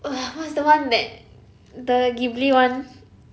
uh what's the one that the Ghibli [one]